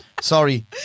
Sorry